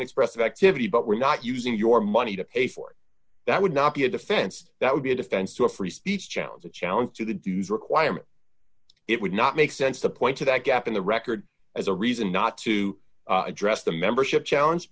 expressive activity but we're not using your money to pay for that would not be a defense that would be a defense to a free speech challenge a challenge to the dues requirement it would not make sense to point to that gap in the record as a reason not to address the membership challenge